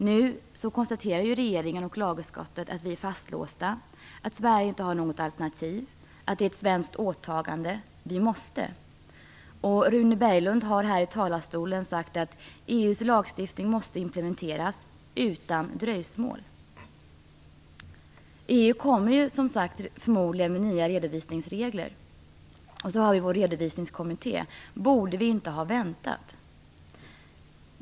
Nu konstaterar regeringen och lagutskottet att vi är fastlåsta, att Sverige inte har något alternativ och att det finns ett svenskt åtagande. Vi måste. Rune Berglund har här i talarstolen sagt att EU:s lagstiftning måste implementeras utan dröjsmål. EU kommer som sagt förmodligen med nya redovisningsregler, och vi har vår redovisningskommitté. Borde vi inte ha väntat?